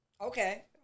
Okay